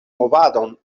movadon